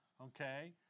okay